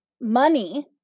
money